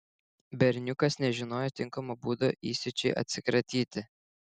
berniukas nežinojo tinkamo būdo įsiūčiui atsikratyti